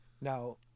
Now